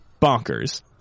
Bonkers